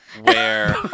where-